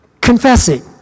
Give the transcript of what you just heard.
confessing